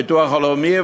הביטוח הלאומי,